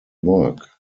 work